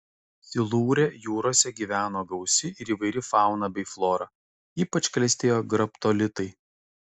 silūre jūrose gyveno gausi ir įvairi fauna bei flora ypač klestėjo graptolitai